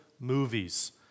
movies